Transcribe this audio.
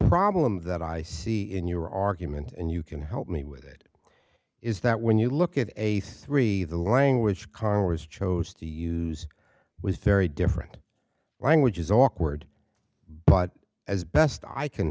problem that i see in your argument and you can help me with it is that when you look at a three the language car always chose to use with very different languages awkward but as best i can